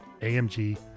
AMG